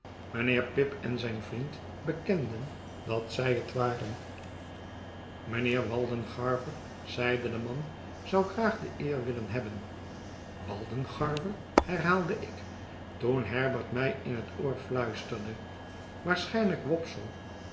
vreemde verheffmgen en dalingen van stem sprak als nooit mijnheer waldengarver zeide de man zou graag de eer willen hebben waldengarver herhaalde ik toen herbert my in het oor fluisterde waarschijnlijk wopsle